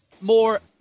more